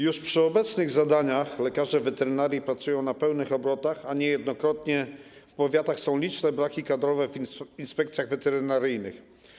Już przy obecnych zadaniach lekarze weterynarii pracują na pełnych obrotach, a niejednokrotnie w powiatach są liczne braki kadrowe w inspekcjach weterynaryjnych.